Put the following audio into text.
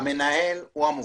המנהל הוא המוביל.